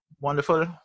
wonderful